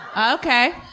Okay